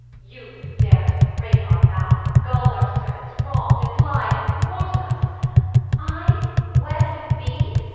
you that have dared to break our bound, and gulled our servants, wronged and lied and thwarted us i wed with thee!